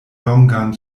longan